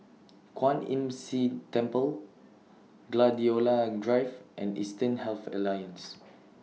Kwan Imm See Temple Gladiola Drive and Eastern Health Alliance